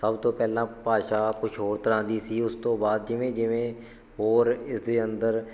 ਸਭ ਤੋਂ ਪਹਿਲਾਂ ਭਾਸ਼ਾ ਕੁਛ ਹੋਰ ਤਰ੍ਹਾਂ ਦੀ ਸੀ ਉਸ ਤੋਂ ਬਾਅਦ ਜਿਵੇਂ ਜਿਵੇਂ ਹੋਰ ਇਸਦੇ ਅੰਦਰ